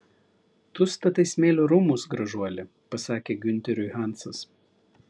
tu statai smėlio rūmus gražuoli pasakė giunteriui hansas